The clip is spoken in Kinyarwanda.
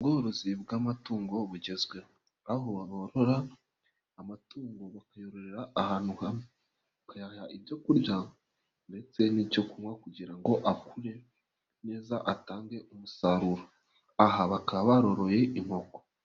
Ubworozi bw'amatungo bugezweho, aho baborora amatungo bakayororera ahantu hamwe, bakayaha ibyorya ndetse n'icyo kunywa kugira ngo akure neza atange umusaruro, aha bakaba baroroye inkoko.